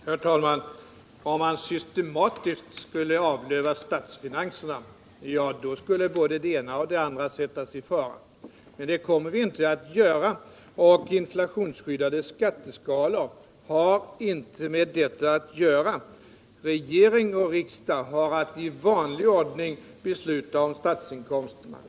Herr talman! Om man systematiskt skulle avlöva statsfinanserna, ja, då skulle både det ena och det andra sättas i fara. Men det kommer vi inte att göra, och inflationsskyddade skatteskalor har inte med detta att göra. Regering och riksdag har att i vanlig ordning besluta om statsinkomsterna.